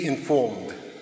informed